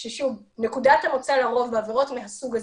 נקודת המוצא לרוב בעבירות מהסוג הזה,